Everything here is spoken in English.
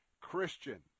christian